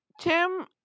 Tim